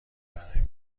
برای